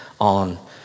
on